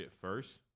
first